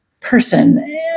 person